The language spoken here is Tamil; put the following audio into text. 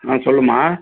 ஆ சொல்லும்மா